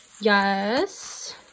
yes